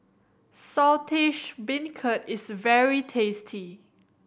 Saltish Beancurd is very tasty